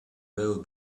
bell